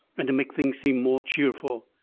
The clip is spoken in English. and to make things seem more cheerful.